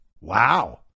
Wow